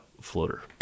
floater